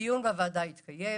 הדיון בוועדה התקיים